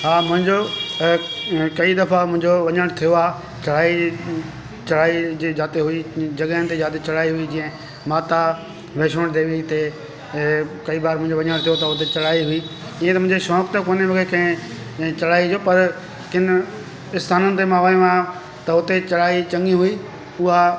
हा मुंहिंजो कई दफा मुंहिंजो वञण थियो आहे चढ़ाई चढ़ाई जे जाते हुई जॻहनि ते जिते चढ़ाई हुई जीअं माता वेष्णो देवी ते ऐं कई बार मुंहिंजो वञण थियो त हुते चढ़ाई हुई ईअं त मुंहिंजे शौंक़ु त कोन्हे मूंखे कंहिं कंहिं चढ़ाईअ जो पर किन इस्थाननि ते मां वेंदो आहियां त हुते चढ़ाई चङी हुई हुआ